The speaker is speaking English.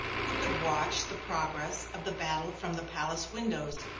who could watch the progress of the battle from the palace windows,